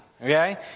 Okay